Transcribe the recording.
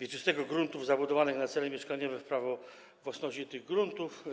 wieczystego gruntów zabudowanych na cele mieszkaniowe w prawo własności tych gruntów.